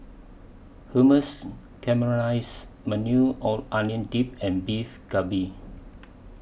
Hummus Caramelized Maui O Onion Dip and Beef Galbi